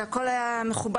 והכול היה מכובד.